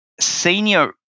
senior